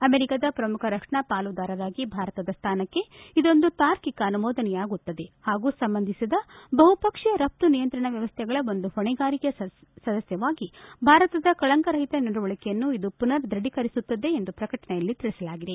ಅಮೆರಿಕದ ಪ್ರಮುಖ ರಕ್ಷಣಾ ಪಾಲುದಾರರಾಗಿ ಭಾರತದ ಸ್ಥಾನಕ್ಕೆ ಇದೊಂದು ತಾರ್ಕಿಕ ಅನುಮೋದನೆಯಾಗುತ್ತದೆ ಹಾಗೂ ಸಂಬಂಧಿಸಿದ ಬಹುಪಕ್ಷೀಯ ರಘ್ತು ನಿಯಂತ್ರಣ ವ್ಲವಸ್ಥೆಗಳ ಒಂದು ಹೊಣೆಗಾರಿಕೆಯ ಸದಸ್ಥವಾಗಿ ಭಾರತದ ಕಳಂಕರಹಿತ ನಡವಳಕೆಯನ್ನು ಇದು ಪುನರ್ ದೃಢೀಕರಿಸುತ್ತದೆ ಎಂದು ಪ್ರಕಟಣೆಯಲ್ಲಿ ತಿಳಿಸಲಾಗಿದೆ